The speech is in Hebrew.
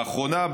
לאחרונה,